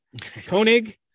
Koenig